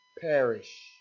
perish